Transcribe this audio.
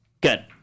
Good